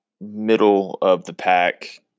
middle-of-the-pack